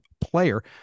player